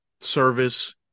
service